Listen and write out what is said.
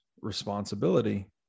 responsibility